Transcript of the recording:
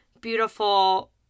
beautiful